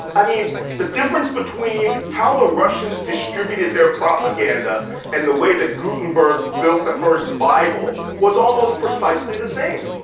i mean the difference between how the russians distributed their propaganda and the way that gutenberg built the first bible was almost precisely the same.